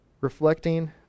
reflecting